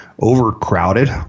overcrowded